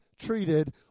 treated